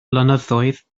blynyddoedd